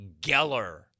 Geller